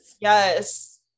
Yes